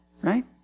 right